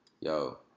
Yo